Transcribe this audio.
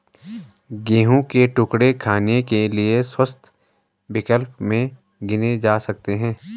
गेहूं के टुकड़े खाने के लिए स्वस्थ विकल्प में गिने जा सकते हैं